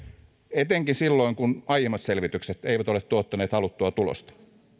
etenkin silloin kun aiemmat selvitykset eivät ole tuottaneet haluttua tulosta